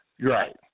right